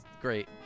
great